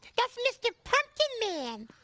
that's mr pumpkin man.